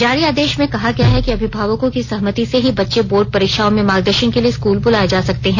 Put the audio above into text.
जारी आदेश में कहा गया है कि अभिभावकों की सहमति से ही बच्चे बोर्ड परीक्षाओं में मार्गदर्शन के लिए स्कूल बुलाए जा सकते हैं